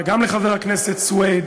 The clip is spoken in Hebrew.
וגם לחבר הכנסת סוייד